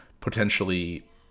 potentially